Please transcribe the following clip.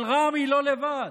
אבל רע"מ לא לבד.